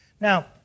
Now